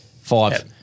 five